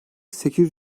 sekiz